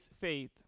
faith